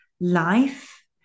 life